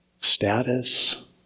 status